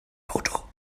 auto